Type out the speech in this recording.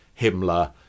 Himmler